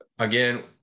Again